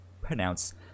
pronounce